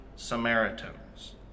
Samaritans